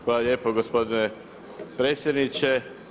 Hvala lijepo gospodine predsjedniče.